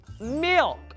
Milk